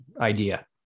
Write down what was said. idea